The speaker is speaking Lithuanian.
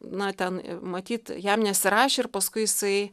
na ten matyt jam nesirašė ir paskui jisai